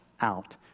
out